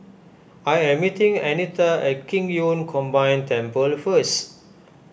I am meeting Annetta at Qing Yun Combined Temple first